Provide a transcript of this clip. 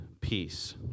peace